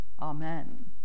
Amen